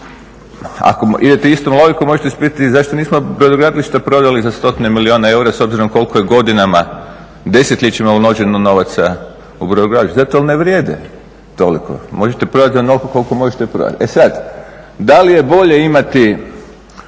Ako idete istom logikom možete se pitati zašto nismo brodogradilišta prodali za stotine milijuna eura s obzirom koliko je godinama, desetljećima uloženo novaca u brodogradilišta. Zato jer ne vrijede toliko. Možete prodati za onoliko koliko možete prodati. E sad, da li je bolje imati